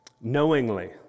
knowingly